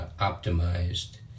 optimized